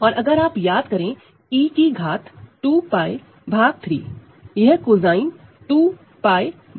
और अगर आप याद करें e ओवर 2 𝝅 3